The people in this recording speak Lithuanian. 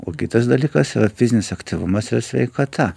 o kitas dalykas yra fizinis aktyvumas ir sveikata